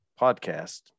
podcast